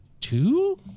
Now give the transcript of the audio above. two